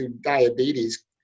diabetes